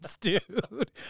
dude